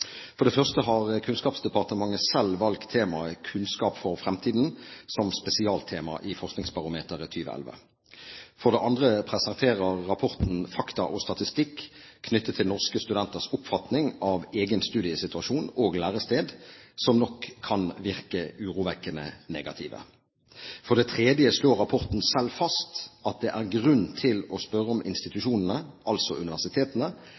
For det første har Kunnskapsdepartementet selv valgt temaet «Kunnskap for framtida» som spesialtema i Forskningsbarometeret 2011. For det andre presenterer rapporten fakta og statistikk knyttet til norske studenters oppfatning av egen studiesituasjon og lærested som nok kan virke urovekkende negative. For det tredje slår rapporten selv fast at det er grunn til å spørre om institusjonene, altså universitetene,